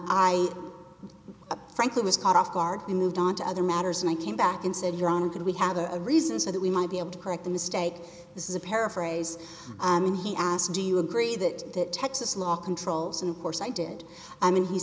i frankly was caught off guard we moved on to other matters and i came back and said your honor can we have a reason so that we might be able to correct the mistake this is a paraphrase and he asked do you agree that that texas law controls and of course i did i mean he